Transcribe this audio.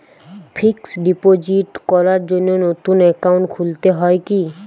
Fix deposit করার জন্য নতুন অ্যাকাউন্ট খুলতে হয় কী?